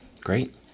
Great